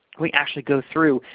we actually go through.